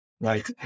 Right